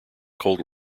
cold